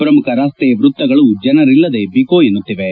ಶ್ರಮುಖ ರಸ್ತೆ ವೃತ್ತಗಳು ಜನರಿಲ್ಲದೆ ಬಿಕೋ ಎನ್ನುತ್ತಿವೆ